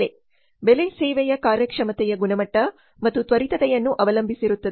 ಬೆಲೆ ಬೆಲೆ ಸೇವೆಯ ಕಾರ್ಯಕ್ಷಮತೆಯ ಗುಣಮಟ್ಟ ಮತ್ತು ತ್ವರಿತತೆಯನ್ನು ಅವಲಂಬಿಸಿರುತ್ತದೆ